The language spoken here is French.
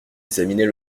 examiner